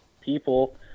people